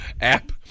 app